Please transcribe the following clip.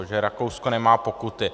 Že Rakousko nemá pokuty.